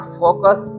focus